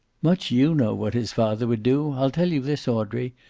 much you know what his father would do! i'll tell you this, audrey.